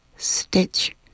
stitch